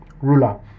ruler